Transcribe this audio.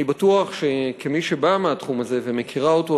אני בטוח שכמי שבאה מהתחום הזה ומכירה אותו,